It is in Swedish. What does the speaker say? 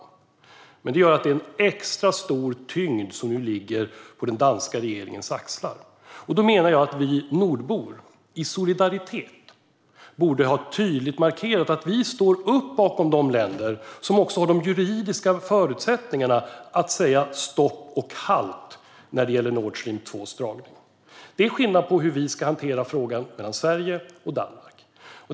Detta gör att det är en extra stor tyngd som nu ligger på den danska regeringens axlar. Då menar jag att vi nordbor i solidaritet tydligt borde ha markerat att vi står upp bakom de länder som också har de juridiska förutsättningarna att säga stopp och halt när det gäller dragningen av Nord Stream 2. Det är skillnad mellan hur vi ska hantera frågan i Sverige och i Danmark.